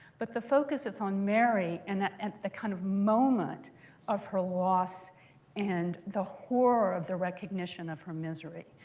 but the focus is on mary and at and the kind of moment of her loss and the horror of the recognition of her misery.